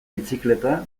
bizikleta